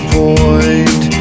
point